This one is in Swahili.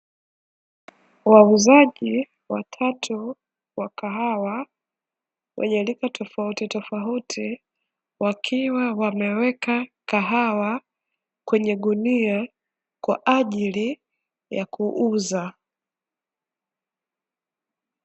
Wauzaji watatu wakahawa wenye rika tofuati tofauti wakiwa wameweka kahawa kwenye gunia kwa ajili ya kuuza.